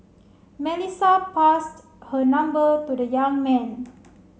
Melissa passed her number to the young man